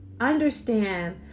understand